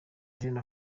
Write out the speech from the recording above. jeune